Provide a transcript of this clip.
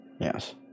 yes